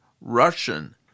Russian